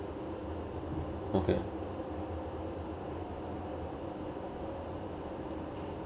okay